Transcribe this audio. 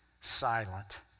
silent